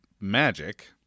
magic